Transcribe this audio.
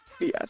Yes